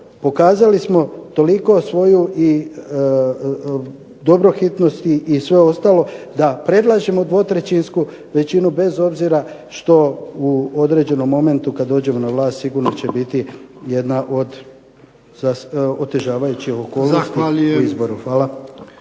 pokazali smo toliko svoju i dobrohitnost i sve ostalo da predlažemo dvotrećinsku većinu bez obzira što u određenom momentu kad dođemo na vlast sigurno će biti jedna od otežavajućih okolnosti pri izboru. Hvala.